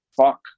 fuck